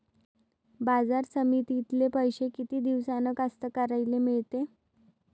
बाजार समितीतले पैशे किती दिवसानं कास्तकाराइले मिळते?